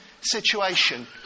situation